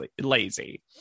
lazy